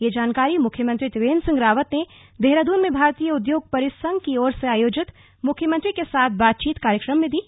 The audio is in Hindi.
यह जानकारी मुख्यमंत्री त्रिवेंद्र सिंह रावत ने भारतीय उद्योग परिसंघ की ओर से आयोजित मुख्यमंत्री के साथ बातचीत कार्यक्रम में दी